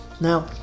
Now